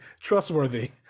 trustworthy